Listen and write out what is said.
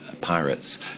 pirates